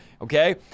Okay